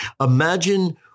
Imagine